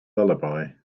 lullaby